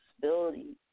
disability